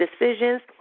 decisions